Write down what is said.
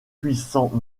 puissants